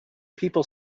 people